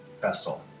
vessel